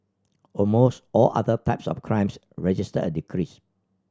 almost all other types of crimes registered a decrease